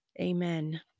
amen